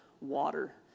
water